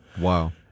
Wow